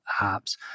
apps